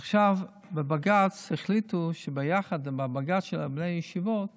עכשיו, בבג"ץ החליטו שביחד עם בג"ץ של בני הישיבות